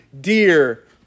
dear